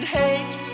hate